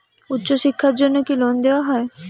উচ্চশিক্ষার জন্য কি লোন দেওয়া হয়?